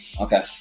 Okay